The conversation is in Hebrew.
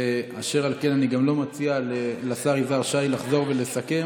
אשר על כן אני גם לא מציע לשר יזהר שי לחזור ולסכם.